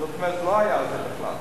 זאת אומרת, לא היה על זה בכלל.